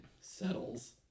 settles